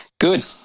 Good